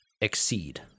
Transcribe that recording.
exceed